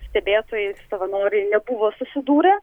stebėtojai savanoriai nebuvo susidūrę